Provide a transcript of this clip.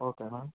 ఓకేనా